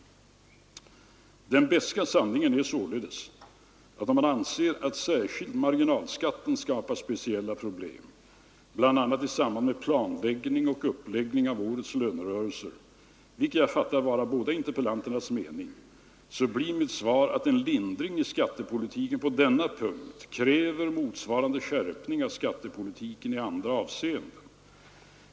Den beska sanningen är således att om man anser att särskilt marginalskatten skapar speciella problem bl.a. i samband med planläggning och uppläggning av årets lönerörelse, vilket jag fattar vara båda interpellanternas mening, blir mitt svar att en lindring i skattepolitiken på denna punkt kräver motsvarande skärpning av skattepolitiken i andra avseenden.